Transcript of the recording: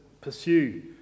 pursue